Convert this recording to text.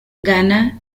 ghana